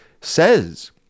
says